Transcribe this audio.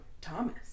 Thomas